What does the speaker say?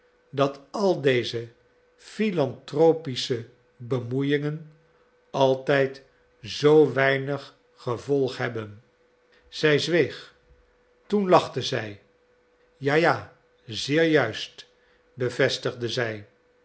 dat al deze philantropische bemoeiingen altijd zoo weinig gevolg hebben zij zweeg toen lachte zij ja ja zeer juist bevestigde zij